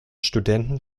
studenten